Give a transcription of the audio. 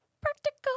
Practical